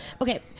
okay